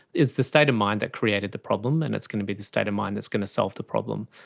it's the state of mind that created the problem and it's going to be the state of mind that's going to solve the problem,